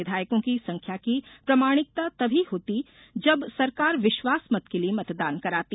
विधायकों की संख्या की प्रमाणिकता तभी होती जब सरकार विश्वास मत के लिए मतदान कराती